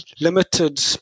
limited